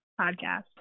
podcast